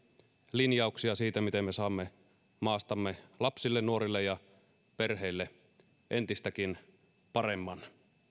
linjauksia siitä miten me saamme maastamme lapsille nuorille ja perheille entistäkin paremman